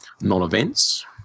non-events